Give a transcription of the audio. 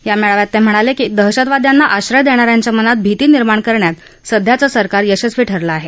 या मेळाव्यात ते म्हणाले की दहशतवाद्यांना आश्रय देणाऱ्यांच्या मनात भीती निर्माण करण्यात सध्याचं सरकार यशस्वी ठरलं आहे